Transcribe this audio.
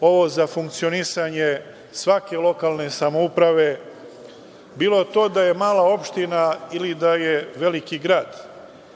ovo za funkcionisanje svake lokalne samouprave, bilo to da je mala opština ili da je veliki grad.